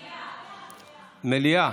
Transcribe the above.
מליאה.